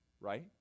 right